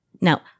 now